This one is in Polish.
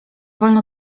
wolno